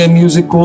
music